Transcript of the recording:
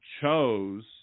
chose